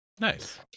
nice